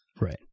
Right